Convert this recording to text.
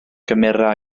gymera